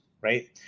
right